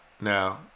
now